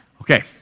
Okay